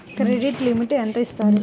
Credit limit ఎంత ఇస్తారు?